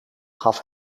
gaf